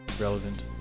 Relevant